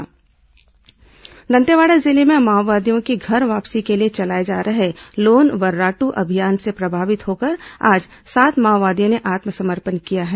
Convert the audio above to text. माओवादी समर्पण दंतेवाड़ा जिले में माओवादियों की घर वापसी के लिए चलाए जा रहे लोन वर्राट् अभियान से प्रभावित होकर आज सात माओवादियों ने आत्मसमर्पण किया है